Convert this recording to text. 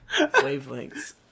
wavelengths